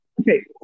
Okay